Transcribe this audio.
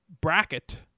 bracket